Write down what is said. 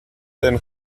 than